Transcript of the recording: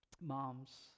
Moms